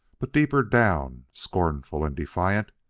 but deeper down, scornful and defiant,